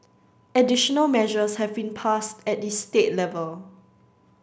additional measures have been passed at the state level